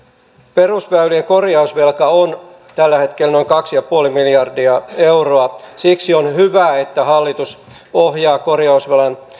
perusväylien korjausvelka on tällä hetkellä noin kaksi pilkku viisi miljardia euroa siksi on hyvä että hallitus ohjaa korjausvelan